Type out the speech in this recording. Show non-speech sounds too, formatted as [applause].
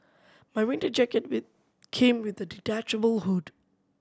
my winter jacket [unintelligible] came with a detachable hood